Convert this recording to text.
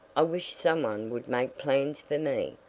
i wish some one would make plans for me.